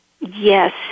yes